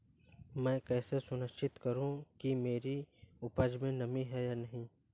मैं कैसे सुनिश्चित करूँ कि मेरी उपज में नमी है या नहीं है?